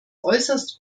äußerst